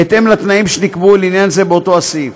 בהתאם לתנאים שנקבעו לעניין זה באותו הסעיף.